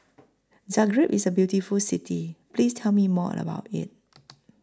Zagreb IS The beautiful City Please Tell Me More about IT